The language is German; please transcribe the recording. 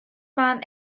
bahn